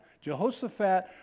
Jehoshaphat